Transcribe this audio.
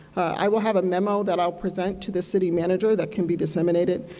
i will have a memo that i will present to the city manager that can be disseminated,